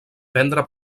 prendre